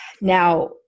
Now